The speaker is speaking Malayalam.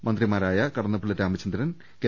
മന്ത്രിമാരായ കടന്നപ്പള്ളി രാമചന്ദ്രൻ കെ